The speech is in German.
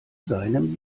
seinem